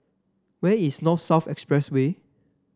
where is North South Expressway